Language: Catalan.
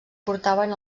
portaven